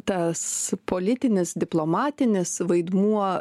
tas politinis diplomatinis vaidmuo